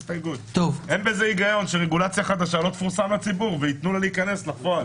אין בזה היגיון שרגולציה חדשה לא תפורסם לציבור וייתנו להיכנס לפועל.